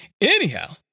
anyhow